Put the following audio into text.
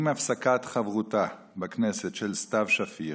עם הפסקת חברותה בכנסת של סתיו שפיר,